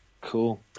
Cool